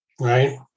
right